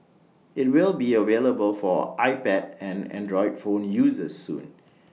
IT will be available for iPad and Android phone users soon